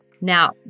Now